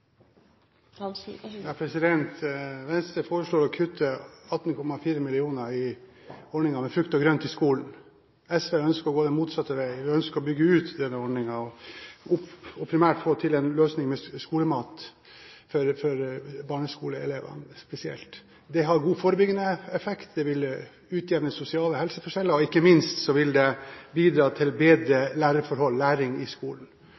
Venstre foreslår å kutte 18,4 mill. kr i ordningen til frukt og grønt i skolen. SV ønsker å gå den motsatte vei. Vi ønsker å bygge ut denne ordningen og primært få til en løsning med skolemat for barneskoleelevene spesielt. Det har god forebyggende effekt, det vil utjevne sosiale helseforskjeller, og ikke minst vil det bidra til bedre læring i skolen.